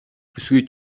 бүсгүй